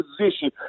position